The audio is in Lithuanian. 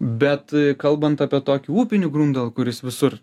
bet kalbant apie tokį upinį grundalą kuris visur